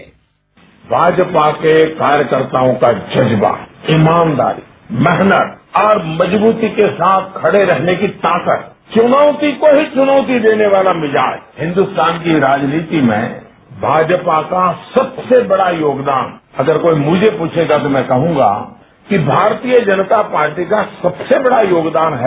bite प्रधानमंत्री भाजपा के कार्यकर्ताओं का जज्बा ईमानदारी मेहनत और मजबूती के साथ खड़े रहने की ताकत चुनौती को ही चुनौती देने वाला मिजाज हिन्दुस्तान की राजनीति में भाजपा का सबसे बड़ा योगदान है अगर कोई मुझे पूछेगा तो कहूंगा कि भारतीय जनता पार्टी का सबसे बड़ा योगदान है